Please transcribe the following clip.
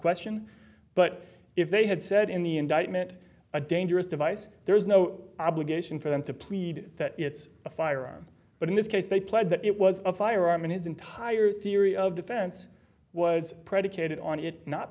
question but if they had said in the indictment a dangerous device there is no obligation for them to plead that it's a firearm but in this case they pled that it was a firearm and his entire theory of defense was predicated on